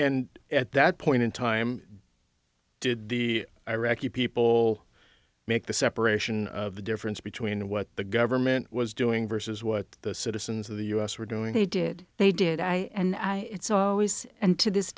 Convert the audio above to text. and at that point in time did the iraqi people make the separation of the difference between what the government was doing versus what the citizens of the us were doing they did they did i and i it's always and to this